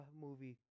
movie